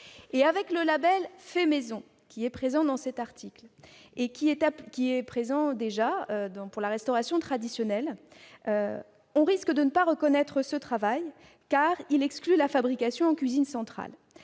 Avec le label « fait maison », qui figure dans cet article et qui existe déjà pour la restauration traditionnelle, on risque de ne pas reconnaître ce travail, qui exclut la fabrication en cuisine centrale.